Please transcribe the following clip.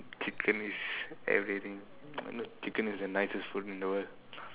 chicken is everything you know chicken is the nicest food in the world